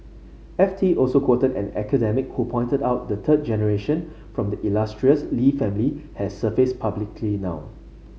F T also quoted an academic who pointed out the third generation from the illustrious Lee family has surfaced publicly now